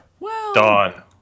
Dawn